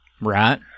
Right